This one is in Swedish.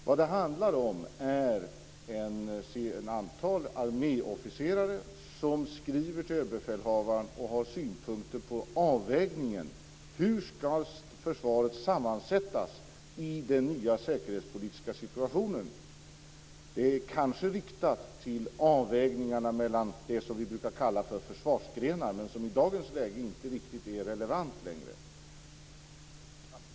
Vad det handlar om är ett antal arméofficerare som skriver till överbefälhavaren och har synpunkter på avvägningen: Hur skall försvaret sammansättas i den nya säkerhetspolitiska situationen? Det är kanske riktat mot avvägningarna mellan det som vi brukar kalla för försvarsgrenar men som i dagens läge inte är riktigt relevant längre.